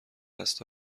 قصد